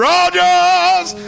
Rogers